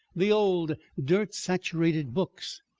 the old dirt-saturated books,